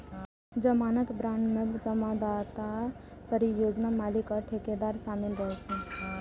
जमानत बांड मे जमानतदार, परियोजना मालिक आ ठेकेदार शामिल रहै छै